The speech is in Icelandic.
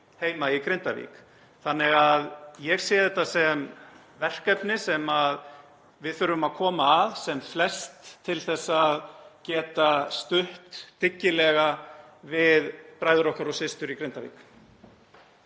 heima í Grindavík. Ég sé þetta sem verkefni sem við þurfum að koma að sem flest til að geta stutt dyggilega við bræður okkar og systur í Grindavík.